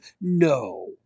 No